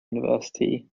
university